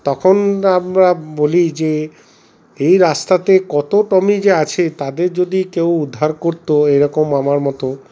তখন আমরা বলি যে এই রাস্তাতে কতো টমি যে আছে তাদের যদি কেউ উদ্ধার করত এরকম আমার মতো